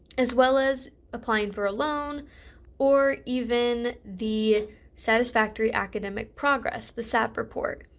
as well as applying for a loan or even the satisfactory academic progress the sap report.